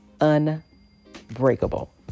unbreakable